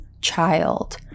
child